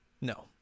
No